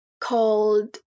called